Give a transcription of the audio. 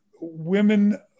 Women